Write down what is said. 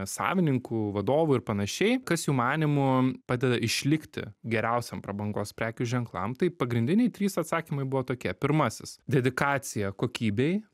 savininkų vadovų ir panašiai kas jų manymu padeda išlikti geriausiam prabangos prekių ženklam pagrindiniai trys atsakymai buvo tokie pirmasis dedikacija kokybei